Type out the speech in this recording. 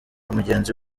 mugenzi